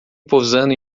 pousando